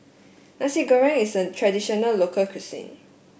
Nasi Goreng is a traditional local cuisine